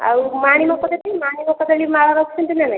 ଆଉ ମାଣି ମଗଦଲି ମାଣି ମଗଦଲି ମାଳ ରଖିଛନ୍ତି ନା ନାଇଁ